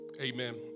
amen